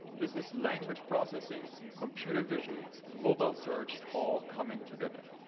this is language processing, computer vision, mobile search all coming together.